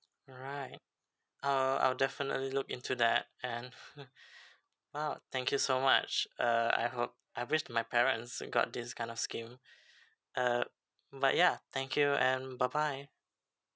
alright I'll I'll definitely look into that and !wow! thank you so much uh I hope I wish my parents got this kind of scheme uh but ya thank you and bye bye